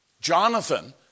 Jonathan